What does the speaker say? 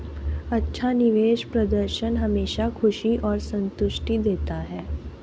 अच्छा निवेश प्रदर्शन हमेशा खुशी और संतुष्टि देता है